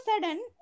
sudden